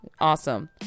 awesome